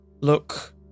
look